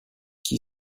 qui